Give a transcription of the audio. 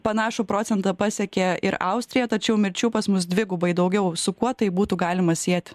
panašų procentą pasiekė ir austrija tačiau mirčių pas mus dvigubai daugiau su kuo tai būtų galima sieti